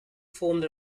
formed